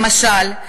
למשל,